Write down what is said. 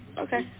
Okay